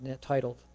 titled